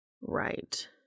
Right